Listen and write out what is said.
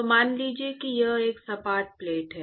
तो मान लीजिए कि यह एक सपाट प्लेट है